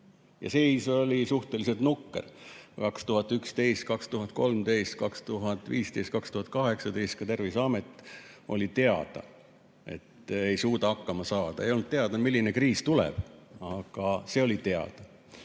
Seis oli suhteliselt nukker. 2011, 2013, 2015, 2018 ka Terviseametil oli teada, et me ei suuda hakkama saada. Ei olnud teada, milline kriis tuleb, aga see [seis] oli teada.